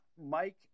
Mike